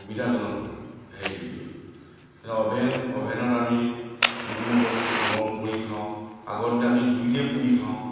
সুবিধাজনক হেৰি দিয়ে অভেন অভেনত আমি যিকোনো বস্তু গৰম কৰি খাওঁ আগৰ দিনত আমি জুইতে পুৰি খাওঁ